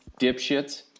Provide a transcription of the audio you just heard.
dipshits